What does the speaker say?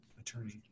attorney